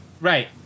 Right